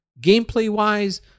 Gameplay-wise